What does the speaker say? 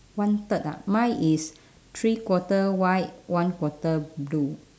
one third ah mine is three quarter white one quarter blue